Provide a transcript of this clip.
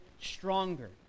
stronger